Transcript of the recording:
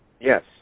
Yes